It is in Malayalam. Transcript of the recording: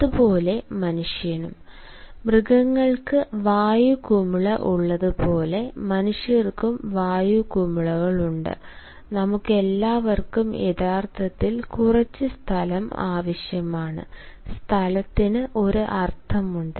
അതുപോലെ മനുഷ്യനും മൃഗങ്ങൾക്ക് വായു കുമിള ഉള്ളതുപോലെ മനുഷ്യർക്കും വായു കുമിളയുണ്ട് നമുക്കെല്ലാവർക്കും യഥാർത്ഥത്തിൽ കുറച്ച് സ്ഥലം ആവശ്യമാണ് സ്ഥലത്തിന് ഒരു അർത്ഥമുണ്ട്